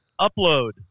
Upload